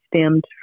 stemmed